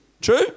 True